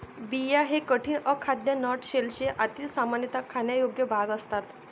बिया हे कठीण, अखाद्य नट शेलचे आतील, सामान्यतः खाण्यायोग्य भाग असतात